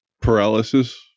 paralysis